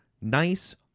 nice